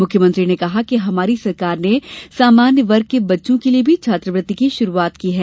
मुख्यमंत्री ने कहा कि हमारी सरकार ने सामान्य वर्ग के बच्चों के लिये भी छात्रवृत्ति की शुरूआत की है